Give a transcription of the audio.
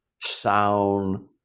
sound